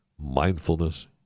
mindfulness